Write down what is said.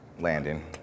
Landing